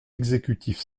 exécutif